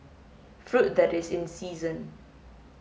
fruit that is in season